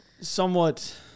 somewhat